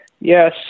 Yes